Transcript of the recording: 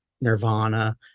Nirvana